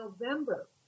November